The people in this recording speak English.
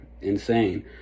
insane